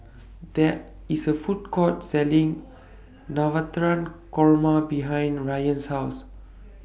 There IS A Food Court Selling Korma behind Ryann's House